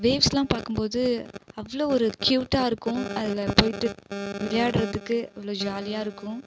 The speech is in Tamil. அந்த வேவ்ஸ்லாம் பார்க்கும்போது அவ்வளோ ஒரு க்யூட்டாக இருக்கும் அதில் போயிட்டு விளையாட்டுறதுக்கு அவ்வளோ ஜாலியாக இருக்கும்